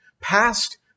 past